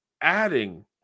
adding